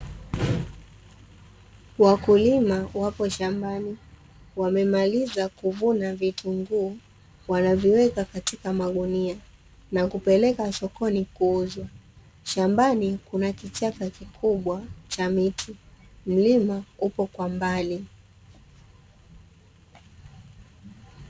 Wakulima wapo shambani wakemaliza kuvuna vitunguu, wanaviweka katika magunia na kuvipeleka sokoni kuuzwa, shambani kuna kichaka kikubwa cha miti, mlima upo kwa mbali.